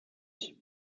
wichtig